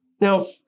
Now